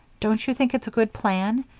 don't you think it's a good plan?